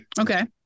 Okay